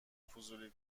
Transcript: فضولی